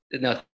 No